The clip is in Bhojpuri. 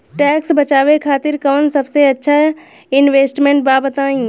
टैक्स बचावे खातिर कऊन सबसे अच्छा इन्वेस्टमेंट बा बताई?